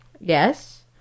yes